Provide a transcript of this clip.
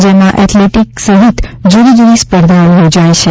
જેમાં એથ્લેટિક સહિત જુદી જુદી સ્પર્ધાઓ યોજાય છે